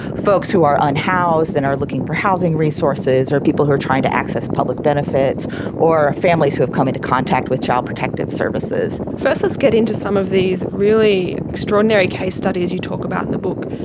folks who are unhoused and are looking for housing resources or people who are trying to access public benefits or families who have come into contact with child protective services. first let's get into some of these really extraordinary case studies you talk about in the book.